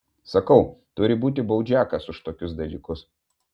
sakau turi būti baudžiakas už tokius dalykus